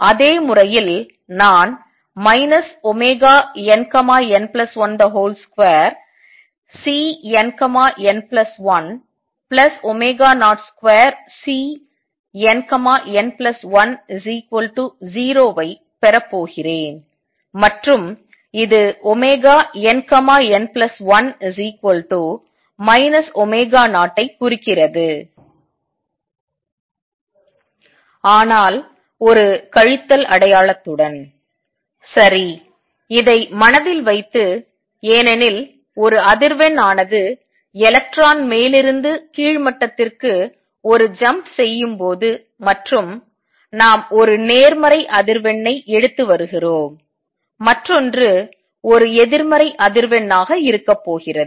அதே முறையில் நான் nn12Cnn102Cnn10 ஐ பெற போகிறேன் மற்றும் இது nn1 0 ஐ குறிக்கிறது ஆனால் ஒரு கழித்தல் அடையாளத்துடன் சரி இதை மனதில் வைத்து ஏனெனில் ஒரு அதிர்வெண் ஆனது எலக்ட்ரான் மேல் இருந்து கீழ் மட்டத்திற்கு ஒரு ஜம்ப் செய்யும் போது மற்றும் நாம் ஒரு நேர்மறை அதிர்வெண்ணை எடுத்து வருகிறோம் மற்றொன்று ஒரு எதிர்மறை அதிர்வெண்ணாக இருக்க போகிறது